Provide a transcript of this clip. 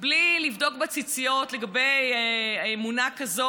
בלי לבדוק בציציות לגבי אמונה כזאת